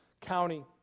county